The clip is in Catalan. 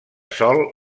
sol